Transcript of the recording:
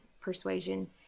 persuasion